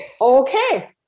okay